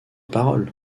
parole